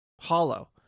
hollow